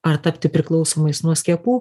ar tapti priklausomais nuo skiepų